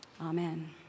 Amen